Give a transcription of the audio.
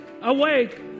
Awake